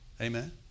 amen